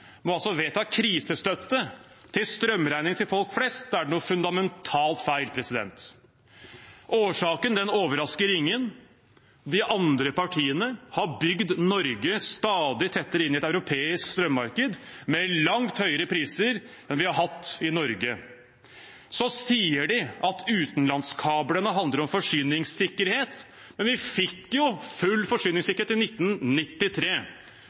altså må vedta krisestøtte til strømregningene til folk flest, er det noe fundamentalt feil. Årsaken overrasker ingen. De andre partiene har bygd Norge stadig tettere inn i et europeisk strømmarked med langt høyere priser enn vi har hatt i Norge. De sier at utenlandskablene handler om forsyningssikkerhet, men vi fikk jo full forsyningssikkerhet i 1993,